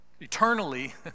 Eternally